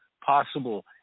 possible